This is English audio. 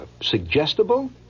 suggestible